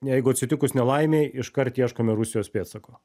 jeigu atsitikus nelaimei iškart ieškome rusijos pėdsako